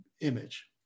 image